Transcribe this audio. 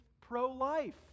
pro-life